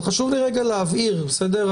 אבל חשוב לי רגע להבהיר, בסדר?